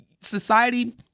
society